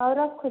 ହଉ ରଖୁଛି